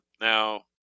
Now